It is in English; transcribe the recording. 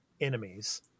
enemies